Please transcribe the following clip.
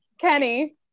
Kenny